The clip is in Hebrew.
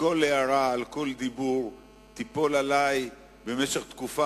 שכל הערה על כל דיבור תיפול עלי במשך תקופה